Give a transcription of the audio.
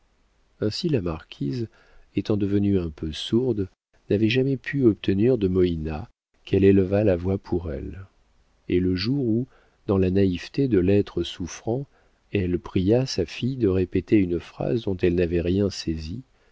ainsi la marquise étant devenue un peu sourde n'avait jamais pu obtenir de moïna qu'elle élevât la voix pour elle et le jour où dans la naïveté de l'être souffrant elle pria sa fille de répéter une phrase dont elle n'avait rien saisi